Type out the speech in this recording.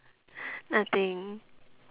nothing